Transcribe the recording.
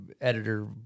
editor